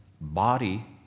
body